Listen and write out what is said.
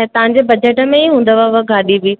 ऐं तव्हांजो बजट में ई हूंदव उहा गाॾी बि